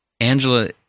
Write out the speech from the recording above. Angela